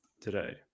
today